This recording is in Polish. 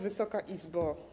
Wysoka Izbo!